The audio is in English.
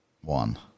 one